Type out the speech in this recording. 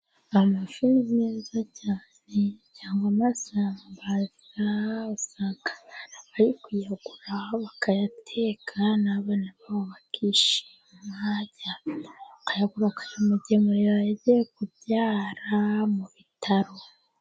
Amafi ni meza cyane cyangwa amasambaza. Usanga abantu bari kuyagura bakayateka, n'abana babo bakishima. Cyangwa bakayagura bakayamugemurira yagiye kubyara mu bitaro.